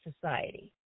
society